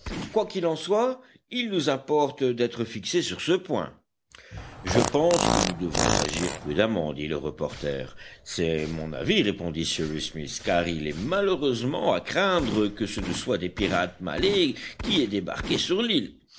quoi qu'il en soit il nous importe d'être fixés sur ce point je pense que nous devrons agir prudemment dit le reporter c'est mon avis répondit cyrus smith car il est malheureusement à craindre que ce ne soient des pirates malais qui aient débarqué sur l'île